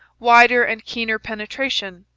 wider and keener penetration,